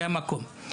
זה המקום.